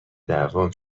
دعوام